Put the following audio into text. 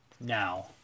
Now